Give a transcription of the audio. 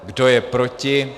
Kdo je proti?